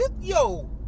Yo